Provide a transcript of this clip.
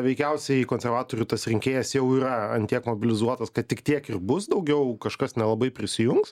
veikiausiai konservatorių tas rinkėjas jau yra ant tiek mobilizuotas kad tik tiek ir bus daugiau kažkas nelabai prisijungs